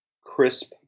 crisp